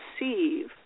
receive